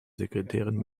sekretärin